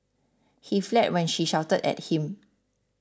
he fled when she shouted at him